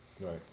Right